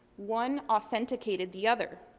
one authenticated the other,